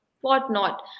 whatnot